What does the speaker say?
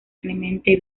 clemente